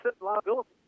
liability